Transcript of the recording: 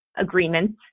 agreements